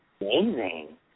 amazing